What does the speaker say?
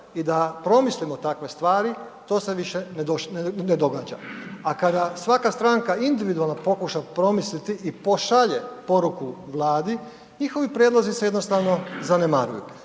i da promislimo takve stvari to se više ne događa. A kada svaka stranka individualno pokuša promisliti i pošalje poruku Vladi, njihovi prijedlozi se jednostavno zanemaruju.